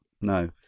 No